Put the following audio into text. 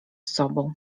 sobą